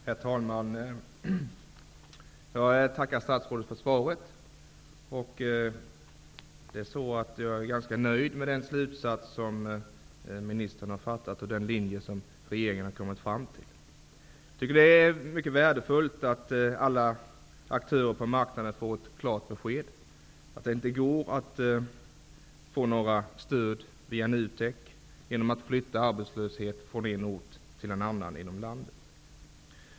Herr talman! Jag tackar statsrådet för svaret. Jag är ganska nöjd med den ståndpunkt som ministern har tagit och den linje som regeringen har valt. Det är mycket värdefullt att alla aktörer på marknaden får ett klart besked, nämligen att det inte går att få några stöd via NUTEK genom att flytta arbetslöshet från en ort till en annan i landet.